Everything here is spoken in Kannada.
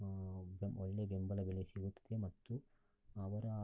ಒಳ್ಳೆ ಬೆಂಬಲ ಬೆಲೆ ಸಿಗುತ್ತದೆ ಮತ್ತು ಅವರ